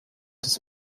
des